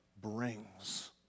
brings